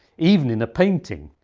even in a painting,